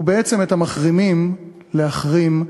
ובעצם את המחרימים להחרים,